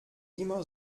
immer